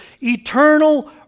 eternal